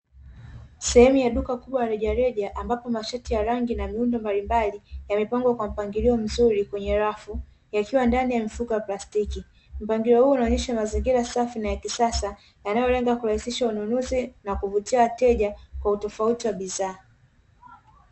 Sehemu ya duka kubwa la rejereja ambapo mashati ya rangi na miundo mbalimbali yamepangwa kwa mpangilio mzuri kwenye rafu, yakiwa ndani ya mifuko ya plastiki. Mpangilio huu unaonyesha mazingira safi na ya kisasa, yanayolenga kurahisisha ununuzi na kuvutia wateja, kwa utofauti wa bidhaa.